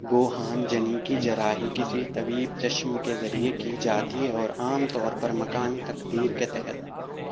گوہانجنی کی جراحی کسی طبیب چشم کے ذریعہ کی جاتی ہے اور عام طور پر مقامی تقدیر کے تحت